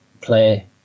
play